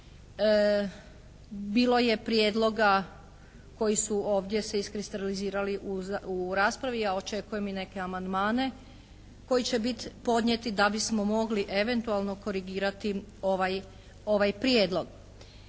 Bilo je prijedloga koji su ovdje se iskristalizirali u raspravi, ja očekujem i neke amandmane koji će biti podnijeti da bismo mogli eventualno korigirati ovaj prijedlog.